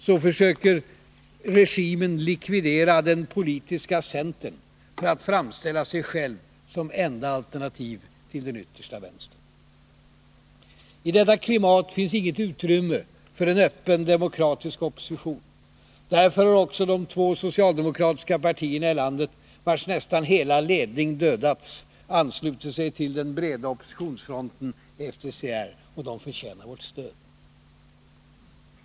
Så försöker regimen likvidera den politiska centern för att framställa sig själv som enda alternativ till den yttersta vänstern. I detta klimat finns inget utrymme för en öppen, demokratisk opposition. Därför har också de två socialdemokratiska partierna i landet, vars nästan hela ledning dödats, anslutit sig till den breda oppositionsfronten FDCR. Den förtjänar vårt stöd.